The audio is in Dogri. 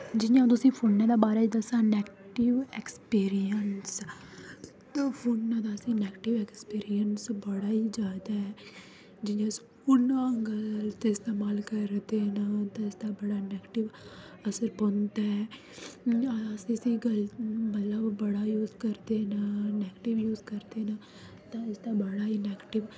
जियां अ'ऊं तुसें फूना दे बारै च दस्सां नेगटिव ऐक्सपीरियंस ते फूना दा असें नेगटिव ऐक्सपीरियंस बड़ा ही ज्यादे ऐ जियां अस फोना दा गलत इस्तेमाल करदे न उं'दे आस्तै बड़ा नेगटिव असर पौंदा ऐ अस इसी गलत मतलब बड़ा यूज़ करदे न नेगटिव यूज़ करदे न ते उसदा बड़ा ही नेगटिव